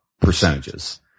percentages